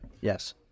yes